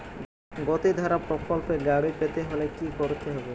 গতিধারা প্রকল্পে গাড়ি পেতে হলে কি করতে হবে?